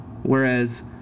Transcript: Whereas